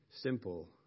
simple